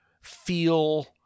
feel